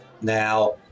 now